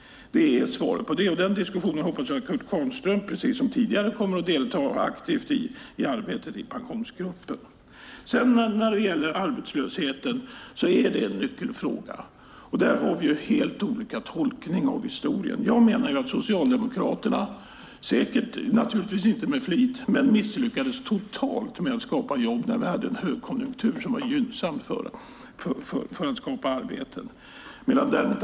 Det är svaret på detta, och denna diskussion hoppas jag att Kurt Kvarnström precis som tidigare kommer att delta aktivt i när det gäller arbetet i Pensionsgruppen. Arbetslösheten är en nyckelfråga, och där har vi helt olika tolkningar av historien. Det gjordes naturligtvis inte med flit, men jag menar att Socialdemokraterna misslyckades totalt med att skapa jobb när vi hade en högkonjunktur som var gynnsam för att skapa arbeten.